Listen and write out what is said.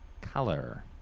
Color